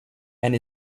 and